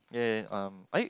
ya ya um